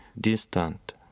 distant